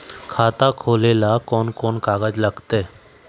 खाता खोले ले कौन कौन कागज लगतै?